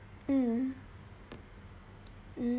mm mm